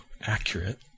accurate